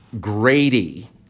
Grady